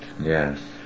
Yes